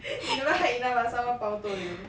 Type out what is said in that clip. you never hide enough ah someone baotoh you